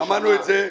אמרנו את זה.